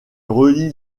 relie